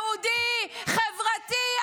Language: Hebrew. יהודי, חברתי.